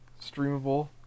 streamable